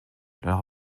leur